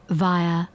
via